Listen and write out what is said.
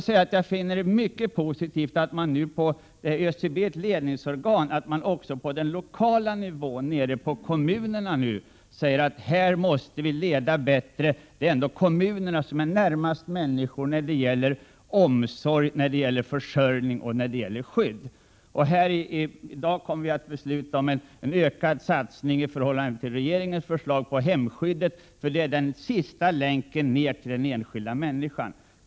Jag finner det mycket positivt att man också på den lokala nivån, dvs. i kommunerna, har börjat intressera sig mer för totalförsvaret, för det är ändå kommunerna som är närmast människorna när det gäller omsorg, försörjning och skydd. Vi kommer i dag att besluta om en i förhållande till regeringens förslag ökad satsning på hemskyddet. Det är den sista länken ner till den enskilda människan.